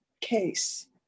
case